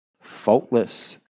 Faultless